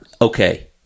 Okay